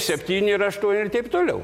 septyni ir aštuoni ir taip toliau